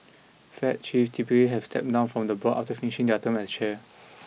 fed chiefs typically have stepped down from the board after finishing their term as chair